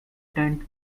tent